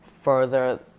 further